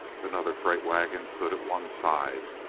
another freight-wagon stood at one side,